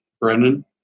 Brennan